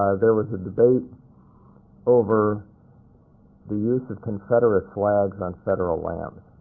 there was a debate over the use of confederate flags on federal lands.